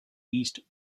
east